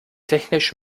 technisch